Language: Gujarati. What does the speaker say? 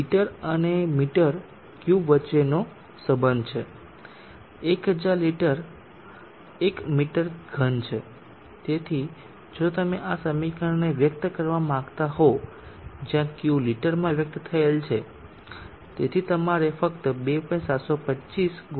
લિટર અને મીટર ક્યુબ વચ્ચેનો સંબંધ છે 1000 લિટર 1 મીટર ઘન છે અને તેથી જો તમે આ સમીકરણને વ્યક્ત કરવા માંગતા હો જ્યાં Q લિટરમાં વ્યક્ત થયેલ છે તેથી તમારે ફક્ત 2